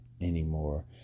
anymore